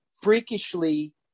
freakishly